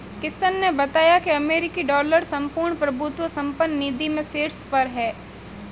किशन ने बताया की अमेरिकी डॉलर संपूर्ण प्रभुत्व संपन्न निधि में शीर्ष पर है